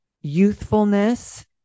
youthfulness